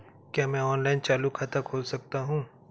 क्या मैं ऑनलाइन चालू खाता खोल सकता हूँ?